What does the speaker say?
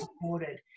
supported